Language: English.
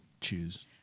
choose